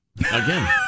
Again